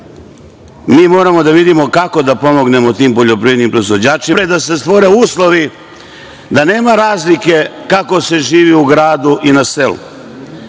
moramo da vidimo kako da pomognemo tim poljoprivrednim proizvođačima, najpre da se stvore uslovi da nema razlike kako se živi u gradu i na selu,